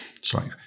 Sorry